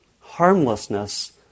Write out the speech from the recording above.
harmlessness